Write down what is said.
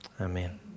amen